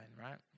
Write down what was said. right